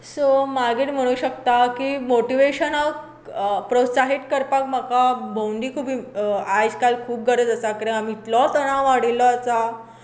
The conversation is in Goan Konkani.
सो मागीर म्हणू शकता कि मोटिवेशनाक प्रोत्साहित करपाक म्हाका भोवडी खूब आयज काल खूब गरजासा कारण आमी इतलो तणाव वाडिल्लो आसा